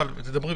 אבל תדברי,